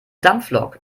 dampflok